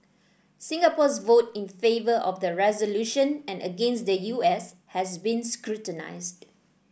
Singapore's vote in favour of the resolution and against the U S has been scrutinised